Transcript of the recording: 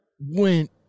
went